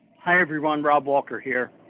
hi everyone. rob walker here.